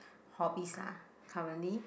hobbies lah currently